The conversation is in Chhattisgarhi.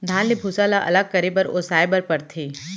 धान ले भूसा ल अलग करे बर ओसाए बर परथे